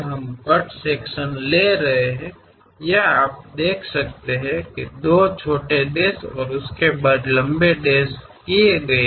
ನಾವು ಕಟ್ ವಿಭಾಗವನ್ನು ತೆಗೆದುಕೊಳ್ಳುತ್ತಿದ್ದರೆ ಇಲ್ಲಿ ನೀವು ನೋಡಬಹುದು ಲಾಂಗ್ ಡ್ಯಾಶ್ ನಂತರ ಎರಡು ಸಣ್ಣ ಡ್ಯಾಶ್ಗಳು ಹೊಂದಿದ್ದೇವೆ